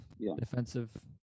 defensive